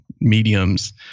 mediums